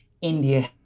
India